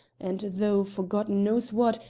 and though, for god knows what,